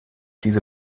diese